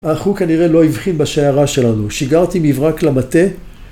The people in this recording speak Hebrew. החוק כנראה לא הבחין בשיירה שלנו, שיגרתי מברק למטה